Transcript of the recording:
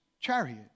chariot